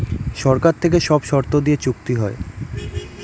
সরকার থেকে সব শর্ত দিয়ে চুক্তি হয়